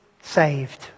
saved